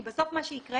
כי בסוף מה שיקרה